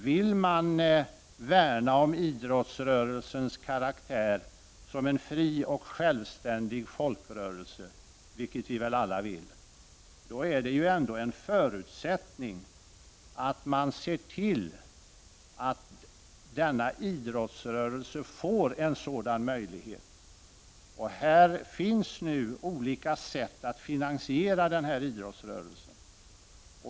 Vill man värna om idrottsrörelsens karaktär av fri och självständig folkrörelse, vilket vi väl alla vill, är det en förutsättning att man ser till att denna idrottsrörelse får en sådan möjlighet. Det finns nu olika sätt att finansiera idrottsrörelsen.